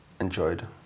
enjoyed